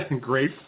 Great